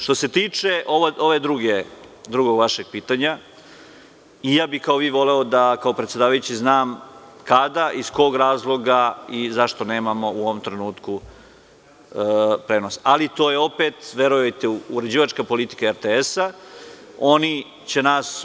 Što se tiče drugog vašeg pitanja i ja bih kao i vi voleo da kao predsedavajući znam kada, iz kog razloga i zašto nemamo u ovom trenutku prenosa, ali to je opet, verujte uređivačka politika RTS-a.